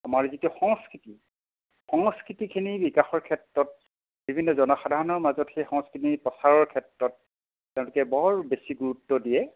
আমাৰ যিটো সংস্কৃতি সংস্কৃতিখিনি বিকাশৰ ক্ষেত্ৰত বিভিন্ন জনসাধাৰণৰ মাজত সেই সংস্কৃতিখিনি প্ৰচাৰৰ ক্ষেত্ৰত তেওঁলোকে বৰ বেছি গুৰুত্ব দিয়ে